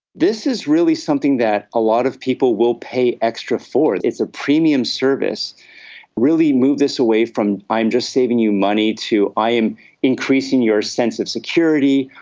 this is really something that a lot of people will pay extra for. it's a premium service really move this away from i'm just saving you money to i am increasing your sense of security,